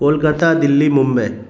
Kolkata Delhi Mumbai